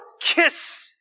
kiss